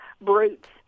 brutes